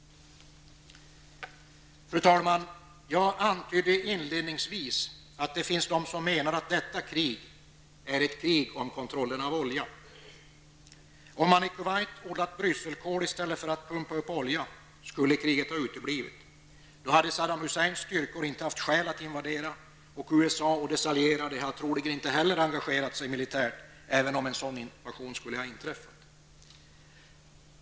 Fru talman! Jag antydde inledningsvis att det finns de som menar att detta krig är ett krig om kontrollen av olja. Om man i Kuwait hade odlat brysselkål i stället för att pumpa upp olja skulle kriget ha uteblivit. Då hade Saddam Husseins styrkor inte haft skäl att invadera och USA och dess allierade hade troligen inte heller engagerat sig militärt, även om en sådan invasion skulle ha inträffat.